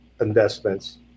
investments